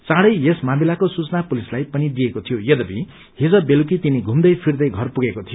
चाँढै यस मामिलाको सूचना पुलिसलाई पनि दिइएको थियो यद्यपि हिज बेलुकी तिनी पुम्दै फिंदै घर पुगेको थियो